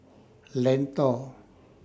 Lentor